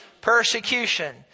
persecution